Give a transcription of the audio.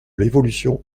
l’évolution